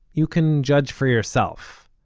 you can judge for yourself.